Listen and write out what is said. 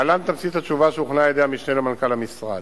להלן תמצית התשובה שהוכנה על-ידי המשנה למנכ"ל המשרד: